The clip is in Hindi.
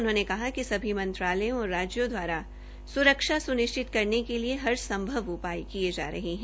उन्होंने कहा कि सभी मंत्रालयों और राज्यों दवारा सुरक्षा सुनिश्चित करने के लिए हर संभव उपाय किये जा रहे है